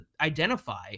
identify